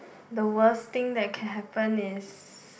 the worst thing that can happen is